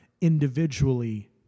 individually